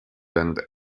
and